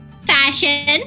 Fashion